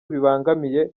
bibangamiye